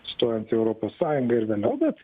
stojant į europos sąjungą ir vėliau bet